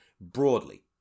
broadly